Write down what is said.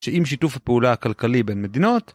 שאם שיתוף הפעולה הכלכלית בין מדינות